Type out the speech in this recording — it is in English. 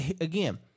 again